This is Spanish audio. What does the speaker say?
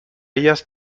ellas